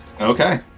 Okay